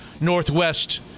Northwest